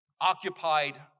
occupied